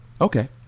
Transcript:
Okay